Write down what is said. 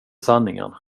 sanningen